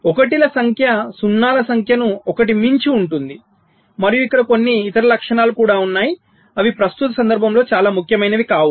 1 ల సంఖ్య సున్నాల సంఖ్యను 1 మించి ఉంటుంది మరియు ఇక్కడ కొన్ని ఇతర లక్షణాలు కూడా ఉన్నాయి అవి ప్రస్తుత సందర్భంలో చాలా ముఖ్యమైనవి కావు